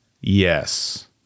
Yes